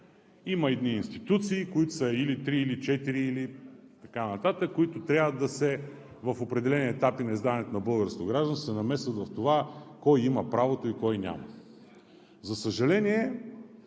Има едни институции, които са или три, или четири, които в определени етапи на издаването на българско гражданство се намесват в това кой има правото и кой няма. За съжаление,